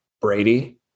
Brady